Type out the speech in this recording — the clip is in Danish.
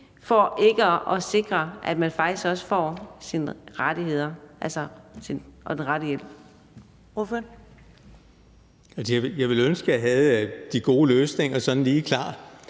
for ikke at sikre, at der faktisk gives rettigheder og den rette hjælp.